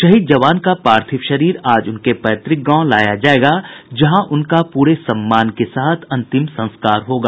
शहीद जवान का पार्थिव शरीर आज उनके पैतृक गांव लाया जायेगा जहां उनका पूरे सम्मान के साथ अंतिम संस्कार होगा